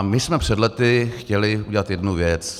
My jsme před lety chtěli udělat jednu věc.